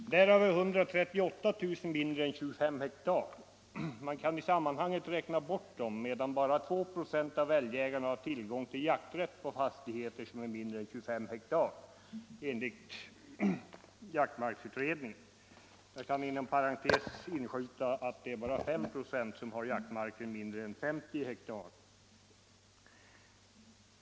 Därav är 138 000 mindre än 25 hektar. Dessa kan räknas bort i detta sammanhang, eftersom enligt jaktmarksutredningen bara 2 96 av älgjägarna har tillgång till jakträtt på fastigheter som är mindre än 25 hektar. Jag kan inom parentes inskjuta att det bara är 5 96 av jägarna som har jaktmarker på mindre än 50 hektar.